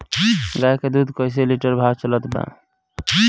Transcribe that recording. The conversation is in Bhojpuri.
गाय के दूध कइसे लिटर भाव चलत बा?